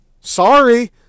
Sorry